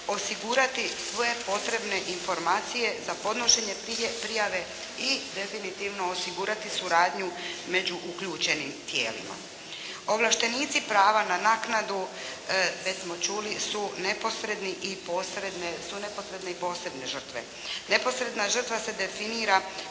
osigurati sve potrebne informacije za podnošenje prijave i definitivno osigurati suradnju među uključenim tijelima. Ovlaštenici prava na naknadu, već smo čuli, su neposredne i posredne žrtve. Neposredna žrtva se definira